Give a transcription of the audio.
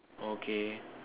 okay